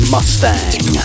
Mustang